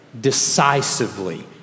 decisively